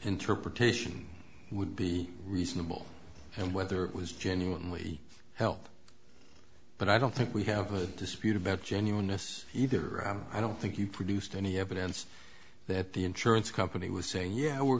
interpretation would be reasonable and whether it was genuinely held but i don't think we have a dispute about genuineness either i don't think you produced any evidence that the insurance company was saying yeah we're